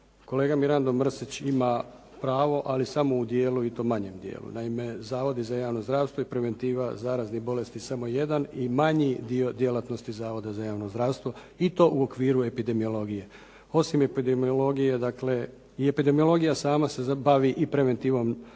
kolega Mirando Mrsić ima pravo, ali samo u dijelu i to manjem dijelu. Naime, zavodi za javno zdravstvo i preventiva zaraznih bolesti samo jedan i manji dio djelatnosti Zavoda za javno zdravstvo i to u okviru epidemiologije. Osim epidemiologije, dakle i epidemiologija sama se bavi i preventivom